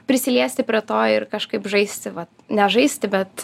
prisiliesti prie to ir kažkaip žaisti vat ne žaisti bet